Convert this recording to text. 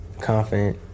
confident